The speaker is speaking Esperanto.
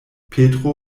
petro